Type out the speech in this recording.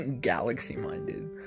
Galaxy-minded